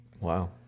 Wow